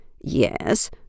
Yes